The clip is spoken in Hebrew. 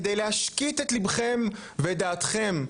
כדי להשקיט את ליבכם ואת דעתכם,